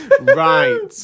Right